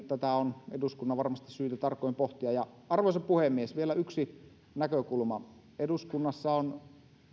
tätä on eduskunnan varmasti syytä tarkoin pohtia arvoisa puhemies vielä yksi näkökulma eduskunnassa on